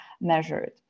measured